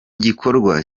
gikorwa